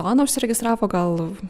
mano užsiregistravo gal